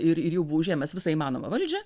ir ir jau buvo užėmęs visą įmanomą valdžią